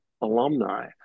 alumni